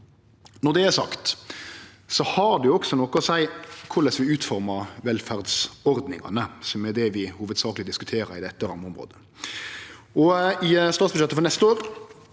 Når det er sagt, har det jo også noko å seie korleis vi utformar velferdsordningane, som er det vi hovudsakleg diskuterer i dette rammeområdet. I statsbudsjettet for neste år